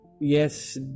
yes